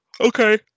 Okay